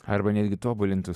arba netgi tobulintų